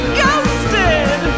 ghosted